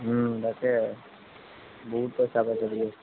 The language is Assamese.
তাকে বহুত পইচা পাইছে